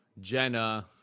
jenna